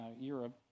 Europe